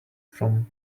from